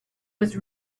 was